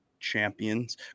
Champions